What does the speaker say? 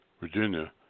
virginia